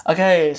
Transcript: Okay